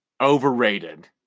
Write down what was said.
Overrated